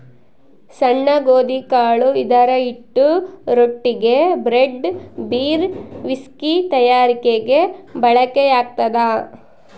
ಸಣ್ಣ ಗೋಧಿಕಾಳು ಇದರಹಿಟ್ಟು ರೊಟ್ಟಿಗೆ, ಬ್ರೆಡ್, ಬೀರ್, ವಿಸ್ಕಿ ತಯಾರಿಕೆಗೆ ಬಳಕೆಯಾಗ್ತದ